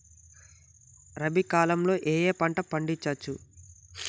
రబీ కాలంలో ఏ ఏ పంట పండించచ్చు?